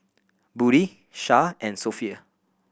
Budi Shah and Sofea